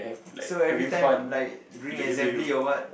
so everytime like during assembly or what